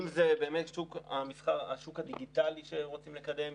אם זה השוק הדיגיטלי שרוצים לקדם,